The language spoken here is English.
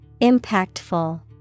Impactful